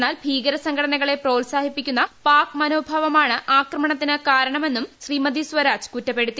എന്നാൽ ഭീകര സംഘടനകളെ പ്രോത്സാഹിപ്പിക്കുന്ന പാക് മനോഭാവമാണ് ആക്രമണത്തിന് കാരണമെന്നും ശ്രീമതി സ്വരാജ് കുറ്റപ്പെടുത്തി